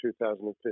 2015